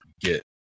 get